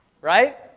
Right